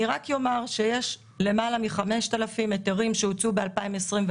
אני רק אומר שיש למעלה מ-5,000 היתרים שהוצאו ב-2021,